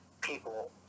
people